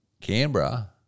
Canberra